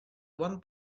one